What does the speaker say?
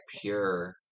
pure